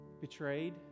betrayed